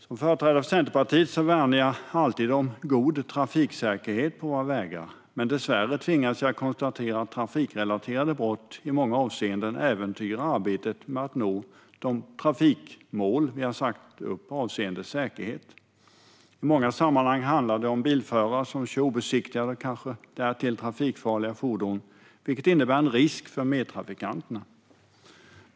Som företrädare för Centerpartiet värnar jag alltid om god trafiksäkerhet på våra vägar, men dessvärre tvingas jag konstatera att trafikrelaterade brott i många avseenden äventyrar arbetet med att nå de trafikmål vi har satt upp avseende säkerhet. I många sammanhang handlar det om bilförare som kör obesiktigade och kanske därtill trafikfarliga fordon, vilket innebär en risk för medtrafikanterna.